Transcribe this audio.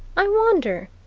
i wonder,